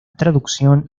traducción